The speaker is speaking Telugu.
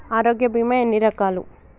ఆరోగ్య బీమా ఎన్ని రకాలు?